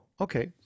okay